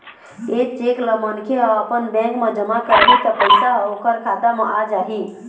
ए cheque ल मनखे ह अपन बेंक म जमा करही त पइसा ह ओखर खाता म आ जाही